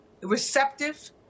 receptive